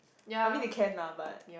I mean they can lah but